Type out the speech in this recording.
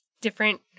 different